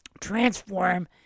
transform